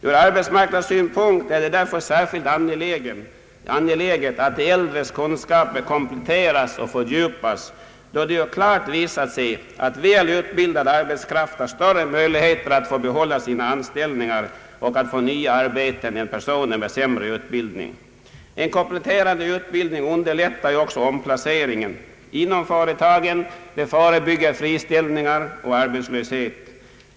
Ur arbetsmarknadssynpunkt är det särskilt angeläget att de äldres kunskaper kompletteras och fördjupas, då det klart visat sig att väl utbildad arbetskraft har större möjligheter att behålla sina anställningar och få nya arbeten än personer med sämre utbildning. En kompletterande utbildning underlättar även omplaceringen inom företagen och förebygger friställning och arbetslöshet.